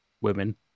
women